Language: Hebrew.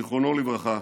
זיכרונו לברכה,